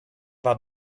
war